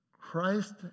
Christ